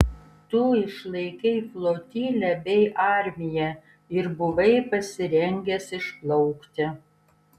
tu išlaikei flotilę bei armiją ir buvai pasirengęs išplaukti